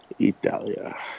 Italia